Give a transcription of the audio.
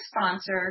sponsor